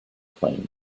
playing